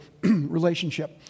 relationship